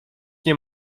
nie